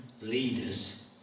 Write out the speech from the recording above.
leaders